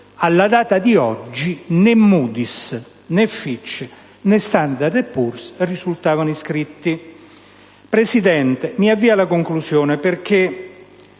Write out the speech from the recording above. alla data di oggi né Moody's, né Fitch, né Standard & Poor's, risultavano iscritte. Signor Presidente, mi avvio alla conclusione dicendo